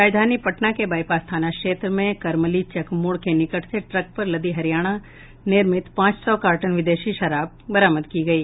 राजधानी पटना के बाइपास थाना क्षेत्र में करमलीचक मोड़ के निकट से ट्रक पर लदी हरियाणा निर्मित पांच सौ कार्टन विदेशी शराब बरामद की गयी